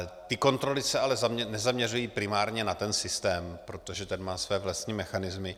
Ty kontroly se ale nezaměřují primárně na ten systém, protože ten má své vlastní mechanismy.